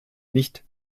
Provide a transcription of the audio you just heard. nicht